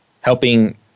helping